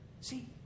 See